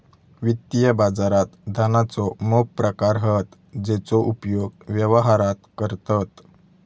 वित्तीय बाजारात धनाचे मोप प्रकार हत जेचो उपयोग व्यवहारात करतत